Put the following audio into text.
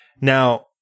Now